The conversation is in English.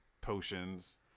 potions